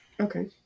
Okay